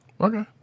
Okay